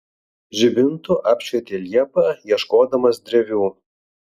žibintu apšvietė liepą ieškodamas drevių